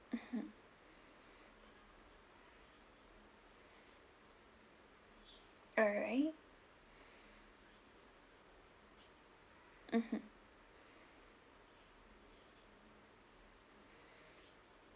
mmhmm alright mmhmm